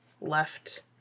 left